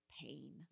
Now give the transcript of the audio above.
pain